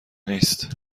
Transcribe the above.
نیست